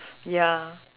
ya